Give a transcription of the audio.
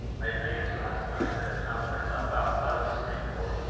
i dreamed last night that i found myself outside the street door.